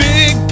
Big